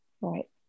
right